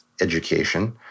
education